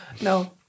No